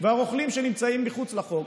הוצאתם מהחוק.